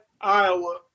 Iowa